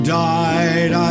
died